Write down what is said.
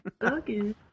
again